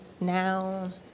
now